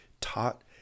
taught